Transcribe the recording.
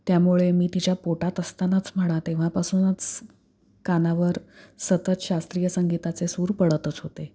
त्यामुळे मी तिच्या पोटात असतानाच म्हणा तेव्हापासूनच कानावर सतत शास्त्रीय संगीताचे सूर पडतच होते